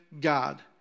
God